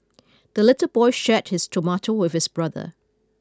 the little boy shared his tomato with his brother